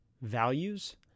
values